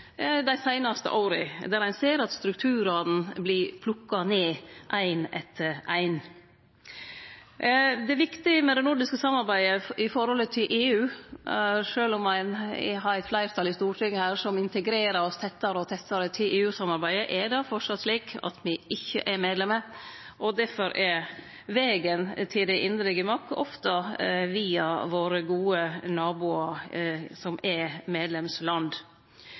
dei seinaste åra, der ein ser at strukturane vert plukka ned ein etter ein. Det er viktig med det nordiske samarbeidet i forholdet til EU. Sjølv om det er eit fleirtal her i Stortinget som integrerer oss tettare og tettare til EU-samarbeidet, er det framleis slik at me ikkje er medlemer. Difor går vegen til dei indre gemakka ofte via våre gode naboar, som er medlemsland.